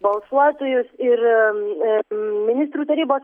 balsuotojus ir ir ministrų tarybos